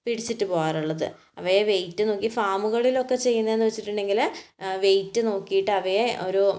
പിടിച്ചിട്ട് പോകാറുള്ളത് അവയെ വെയ്റ്റ് നോക്കി ഫാമുകളിൽ ഒക്കെ ചെയ്യുന്നത് എന്ന് വെച്ചിട്ടുണ്ടെങ്കിൽ വെയിറ്റ് നോക്കിയിട്ട് അവയെ ഒരു